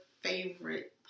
favorite